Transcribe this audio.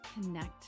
connect